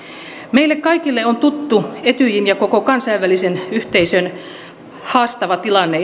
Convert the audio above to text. meille kaikille on tuttu etyjin ja koko kansainvälisen yhteisön haastava tilanne